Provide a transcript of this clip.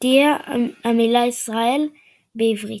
ותחתיה המילה "ישראל" בעברית.